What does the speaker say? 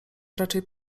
raczej